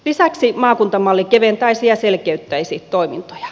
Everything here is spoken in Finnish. lisäksi maakuntamalli keventäisi ja selkeyttäisi toimintoja